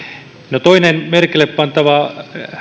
toinen merkille pantava